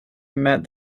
met